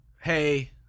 Hey